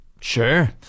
Sure